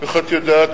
איך את יודעת?